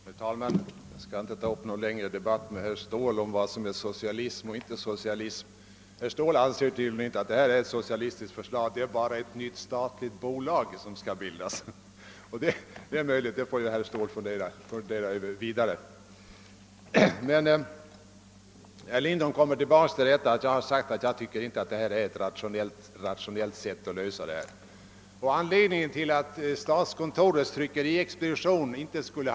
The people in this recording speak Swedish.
Herr talman! Jag skall inte ta upp någon längre debatt med herr Ståhl om vad som är socialism och vad som inte är socialism. Herr Ståhl tycker tydligen inte att det här förlaget är ett socialistiskt förslag — det är bara ett nytt statligt bolag som skall bildas! Det får kanske herr Ståhl fundera vidare Över. Herr Lindholm återkom till vad jag sade om att detta inte är ett rationellt sätt att lösa frågan om den statliga publiceringsverksamheten.